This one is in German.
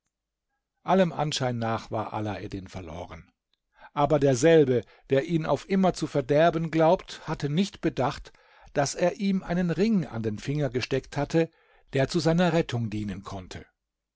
allem anschein nach war alaeddin verloren aber derselbe der ihn auf immer zu verderben glaubt hatte nicht bedacht daß er ihm einen ring an den finger gesteckt hatte der zu seiner rettung dienen konnte